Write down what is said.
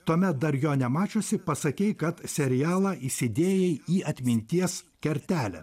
tuomet dar jo nemačiusi pasakei kad serialą įsidėjai į atminties kertelę